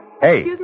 Hey